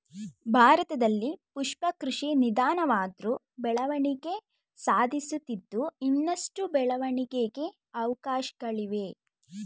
ಭಾರತದಲ್ಲಿ ಪುಷ್ಪ ಕೃಷಿ ನಿಧಾನವಾದ್ರು ಬೆಳವಣಿಗೆ ಸಾಧಿಸುತ್ತಿದ್ದು ಇನ್ನಷ್ಟು ಬೆಳವಣಿಗೆಗೆ ಅವಕಾಶ್ಗಳಿವೆ